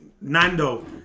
Nando